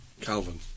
Calvin